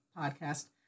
podcast